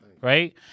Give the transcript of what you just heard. Right